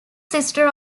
sister